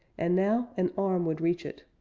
and now an arm would reach it.